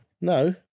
No